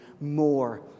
more